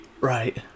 Right